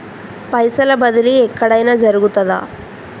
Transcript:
పైసల బదిలీ ఎక్కడయిన జరుగుతదా?